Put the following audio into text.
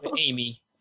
Amy